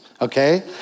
okay